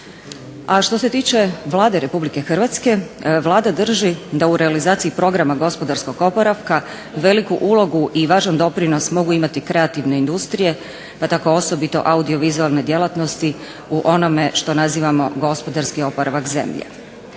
što se tiče Vlade Republike Hrvatske, Vlada drži da u realizaciji Programa gospodarskog oporavka veliku ulogu i važan doprinos mogu imati kreativne industrije pa tako osobito audiovizualne djelatnosti u onome što nazivamo gospodarski oporavak zemlje.